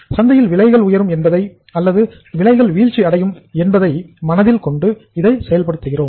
சந்தையில் விலைகள் உயரும் என்பதையும் அல்லது விலைகள் வீழ்ச்சி அடையும் என்பதையும் மனதில் கொண்டு இதை செயல்படுத்துகிறோம்